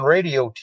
Radio